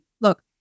look